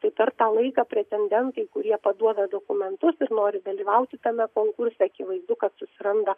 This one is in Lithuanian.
tai per tą laiką pretendentai kurie paduoda dokumentus ir nori dalyvauti tame konkurse akivaizdu kad susiranda